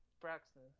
Braxton